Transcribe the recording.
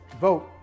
vote